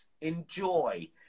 enjoy